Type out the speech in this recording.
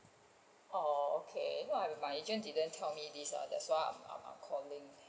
oh okay my my agent didn't tell me this ah so that's why I'm I'm calling